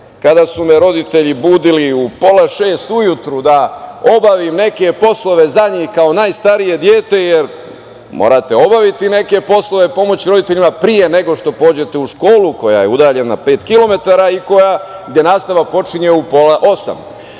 kada su me roditelji budili u pola šest ujutru da obavim neke poslove za njih kao najstarije dete, jer morate obaviti neke poslove, pomoći roditeljima pre nego što pođete u školu koja je udaljena pet kilometara i gde nastava počinje u pola